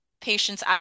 patients